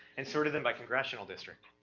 and sorted them by congressional district.